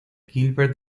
gilbert